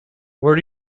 where